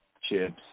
chips